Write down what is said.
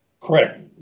Correct